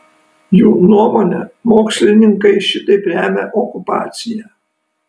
jų nuomone mokslininkai šitaip remia okupaciją